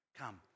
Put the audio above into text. come